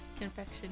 Confection